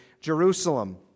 Jerusalem